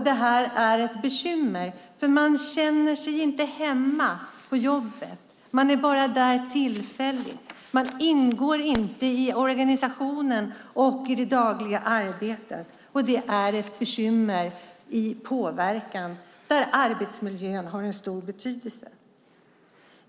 Det är ett bekymmer. Man känner sig inte hemma på jobbet. Man är bara där tillfälligt och ingår inte i organisationen och det dagliga arbetet. Det är ett bekymmer i påverkan där arbetsmiljön har en stor betydelse.